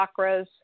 chakras